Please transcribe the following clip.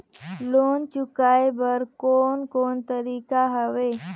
Loan चुकाए बर कोन कोन तरीका हवे?